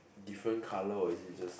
different colour or is it just